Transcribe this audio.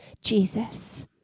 Jesus